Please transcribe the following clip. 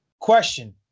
Question